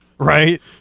Right